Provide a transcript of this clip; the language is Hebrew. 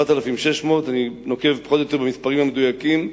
יש שיקראו להם דורשי עבודה,